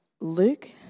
Luke